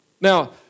Now